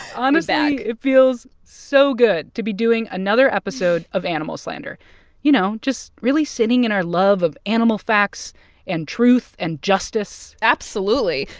um back honestly, it feels so good to be doing another episode of animal slander you know, just really sitting in our love of animal facts and truth and justice absolutely.